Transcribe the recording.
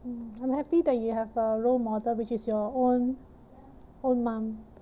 I'm happy that you have a role model which is your own own mum